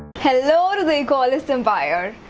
hello to the equalist empire!